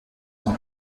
dans